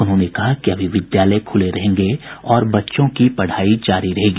उन्होंने कहा कि अभी विद्यालय खुले रहेंगे और बच्चों की पढ़ाई जारी रहेगी